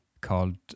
called